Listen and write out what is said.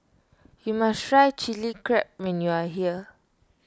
you must try Chili Crab when you are here